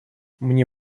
мне